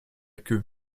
queue